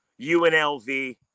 UNLV